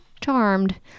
charmed